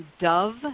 dove